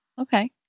Okay